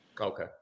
Okay